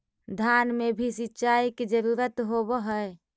धान मे भी सिंचाई के जरूरत होब्हय?